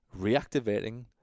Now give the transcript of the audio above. reactivating